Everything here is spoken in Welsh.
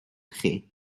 chi